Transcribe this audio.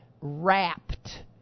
wrapped